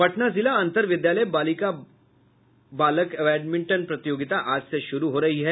पटना जिला अंतर विद्यालय बालक बालिका बैडमिंटन प्रतियोगिता आज से शुरू हो रही है